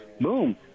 boom